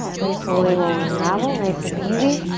then slowly we'll unravel, nice and easy.